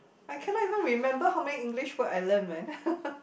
I cannot even remember how many English word I learnt man